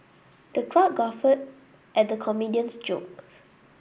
the crowd guffawed at the comedian's jokes